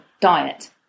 diet